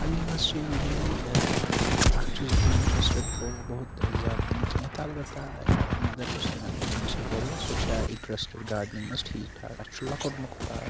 gardening مَنٛز چھُ usually اکھ چھُس بہٕ اِنٹرسٹِڈ تھوڑا بہت زیادٕ تہِ نہٕ کینٛہہ تہٕ اَلبَتہ مَدَر یۄس مےٚ مےٚ چھِ گَرِ سۄ چھَ اِنٹرسٹِڈ گاڑنِنٛگ مَنٛز ٹھیٖک ٹھاکھ اَسہِ چھُ لَکُٹ مَکُٹ اکھ